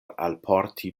alporti